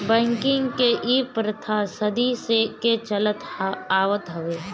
banking के इ प्रथा सदी के चलत आवत हवे